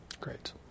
Great